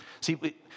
See